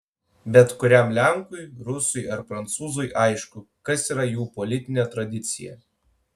bet kuriam lenkui rusui ar prancūzui aišku kas yra jų politinė tradicija